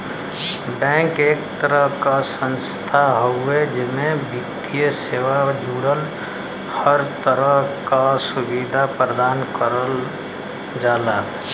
bank एक तरह क संस्थान हउवे जेमे वित्तीय सेवा जुड़ल हर तरह क सुविधा प्रदान करल जाला